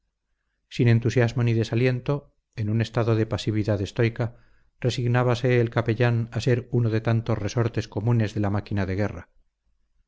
sin entusiasmo ni desaliento en un estado de pasividad estoica resignábase el capellán a ser uno de tantos resortes comunes de la máquina de guerra